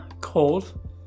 Cold